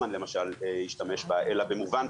אנשי טיפול שמוכנים לגשת ולמנוע אובדנות דרך טיפול.